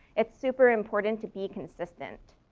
it's super important to be consistent.